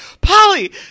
Polly